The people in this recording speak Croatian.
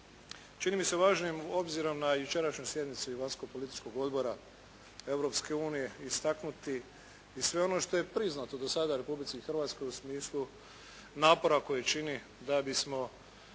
Čini mi se važnim obzirom na jučerašnju sjednicu i vanjsko-političkog odbora Europske unije istaknuti i sve ono što je priznato do sada Republici Hrvatskoj u smislu napora koje čini da bismo